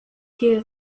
hier